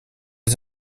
les